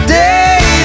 day